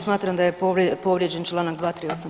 Smatram da je povrijeđen članak 238.